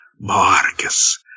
Marcus